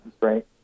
Right